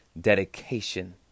dedication